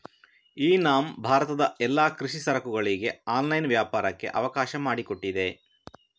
E NAM ಭಾರತದ ಎಲ್ಲಾ ಕೃಷಿ ಸರಕುಗಳಿಗೆ ಆನ್ಲೈನ್ ವ್ಯಾಪಾರಕ್ಕೆ ಅವಕಾಶ ಮಾಡಿಕೊಟ್ಟಿದೆ